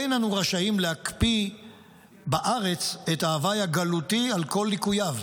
אין אנו רשאים להקפיא בארץ את ההווי הגלותי על כל ליקוייו,